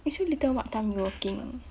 eh so later what time you working ah